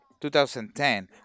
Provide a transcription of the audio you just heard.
2010